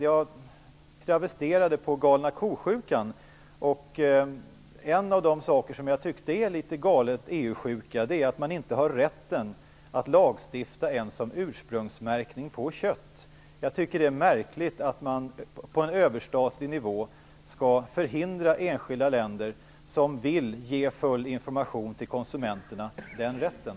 Jag travesterade på "galna ko"-sjukan. En av de saker som jag tyckte är litet "galna EU"-sjukan är att man inte har rätten att lagstifta ens om ursprungsmärkning av kött. Jag tycker att det är märkligt att man på en överstatlig nivå skall förhindra enskilda länder som vill ge full information till konsumenterna att ha den rätten.